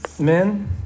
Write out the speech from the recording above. men